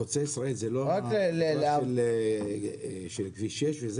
חוצה ישראל זה לא החברה של כביש 6?